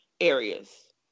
areas